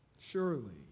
Surely